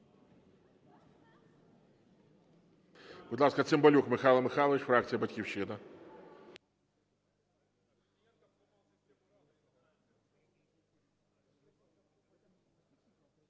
Будь ласка, Цимбалюк Михайло Михайлович, фракція "Батьківщина".